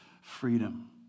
freedom